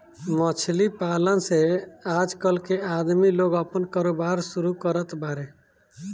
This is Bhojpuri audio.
मछली पालन से आजकल के आदमी लोग आपन कारोबार शुरू करत बाड़े